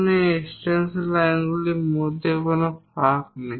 এই এক্সটেনশন লাইনগুলির মধ্যে কোন ফাঁক নেই